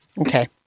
Okay